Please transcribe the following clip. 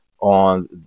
on